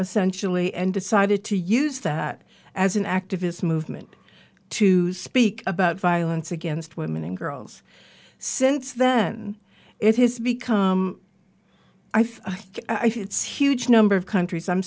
essentially and decided to use that as an activist movement to speak about violence against women and girls since then it has become i think it's huge number of countries i'm